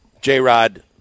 J-Rod